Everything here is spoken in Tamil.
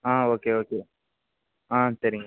ஆ ஓகே ஓகே ஆ சரிங்க